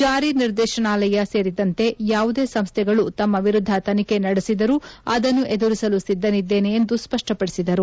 ಜಾರಿ ನಿರ್ದೇಶನಾಲಯ ಸೇರಿದಂತೆ ಯಾವುದೇ ಸಂಸ್ಥೆಗಳು ತಮ್ಮ ವಿರುದ್ದ ತನಿಖೆ ನಡೆಸಿದರೂ ಅದನ್ನು ಎದುರಿಸಲು ಸಿದ್ದನಿದ್ದೇನೆ ಎಂದು ಸ್ಪಷ್ಟಪಡಿಸಿದರು